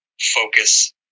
focus